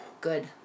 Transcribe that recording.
good